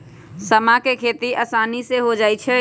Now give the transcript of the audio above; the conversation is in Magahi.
समा के खेती असानी से हो जाइ छइ